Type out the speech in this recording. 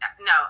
no